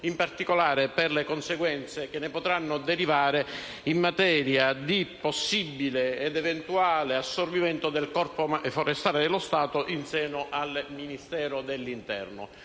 in particolare per le conseguenze che ne potranno derivare in materia di possibile ed eventuale assorbimento del Corpo forestale dello Stato in seno al Ministero dell'interno.